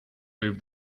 move